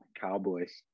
Cowboys